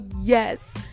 yes